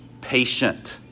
patient